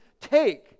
take